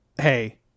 Hey